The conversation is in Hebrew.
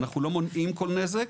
אנחנו לא מונעים כל נזק,